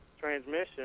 transmission